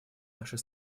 нашей